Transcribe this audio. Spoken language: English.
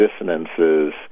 dissonances